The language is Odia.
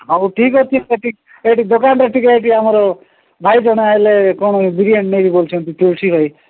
ହଉ ଠିକ୍ ଅଛି ଏଇଠି ଦୋକାନରେ ଟିକେ ଏଠି ଆମର ଭାଇ ଜଣେ ହେଲେ କ'ଣ ବିରିୟାନୀ ନେବେ କହୁଛନ୍ତି ତୁଳସୀ ଭାଇ